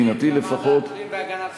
מבחינתי לפחות --- זו ועדת הפנים והגנת הסביבה.